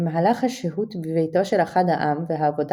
במהלך השהות בביתו של אחד העם והעבודה